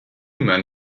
men